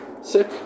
Sick